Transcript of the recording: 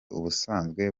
ubusanzwe